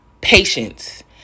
patience